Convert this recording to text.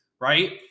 Right